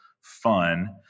fun